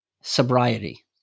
sobriety